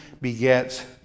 begets